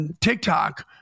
TikTok